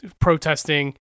protesting